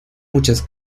muchas